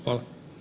Hvala.